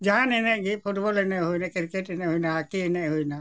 ᱡᱟᱦᱟᱱ ᱮᱱᱮᱡ ᱜᱮ ᱯᱷᱩᱴᱵᱚᱞ ᱮᱱᱮᱡ ᱦᱩᱭᱮᱱᱟ ᱠᱨᱤᱠᱮᱴ ᱮᱱᱮᱡ ᱦᱩᱭᱱᱟ ᱦᱚᱠᱤ ᱮᱱᱮᱡ ᱦᱩᱭᱮᱱᱟ